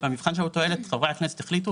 גילמו לנו את זה ב-250 מיליון שקלים,